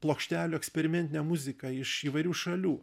plokštelių eksperimentinę muziką iš įvairių šalių